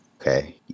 Okay